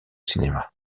cinéma